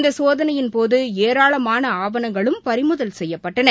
இந்த சோதனையின் போது ஏராளமான ஆவணங்களும் பறிமுதல் செய்யப்பட்டன